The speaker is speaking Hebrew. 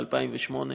ב-2008,